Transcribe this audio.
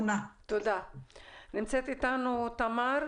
נמצאת איתנו תמר,